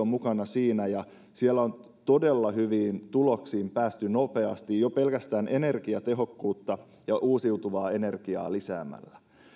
on mukana siinä ja siellä on todella hyviin tuloksiin päästy nopeasti jo pelkästään energiatehokkuutta ja uusiutuvaa energiaa lisäämällä